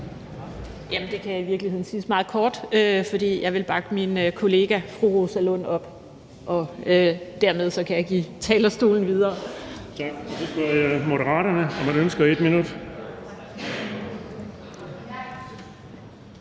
(SF): Det kan i virkeligheden siges meget kort, for jeg vil bakke min kollega fru Rosa Lund op. Dermed kan jeg give talerstolen videre.